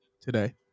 today